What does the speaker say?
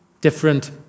different